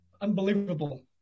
unbelievable